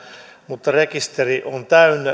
mutta rekisteri on täynnä